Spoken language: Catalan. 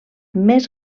més